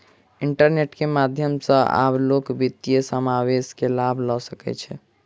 internet के माध्यम सॅ आब लोक वित्तीय समावेश के लाभ लअ सकै छैथ